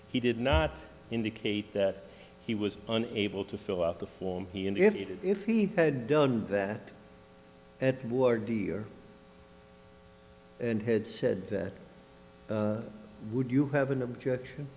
he did not indicate that he was able to fill out the form if he had done that at work here and had said that would you have an objection